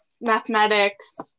mathematics